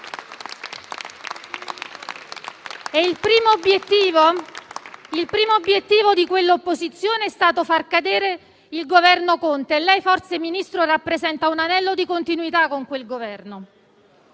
Il primo obiettivo di quell'opposizione è stato far cadere il Governo Conte e lei, Ministro, forse rappresenta un anello di continuità con quel Governo.